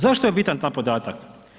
Zašto je bitan taj podatak?